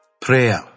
Prayer